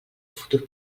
futur